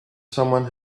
someone